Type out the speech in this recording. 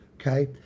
okay